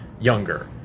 younger